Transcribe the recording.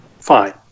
Fine